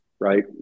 Right